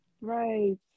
Right